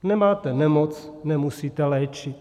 Nemáte nemoc, nemusíte léčit.